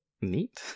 neat